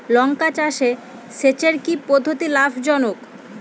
লঙ্কা চাষে সেচের কি পদ্ধতি লাভ জনক?